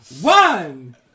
One